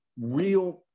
real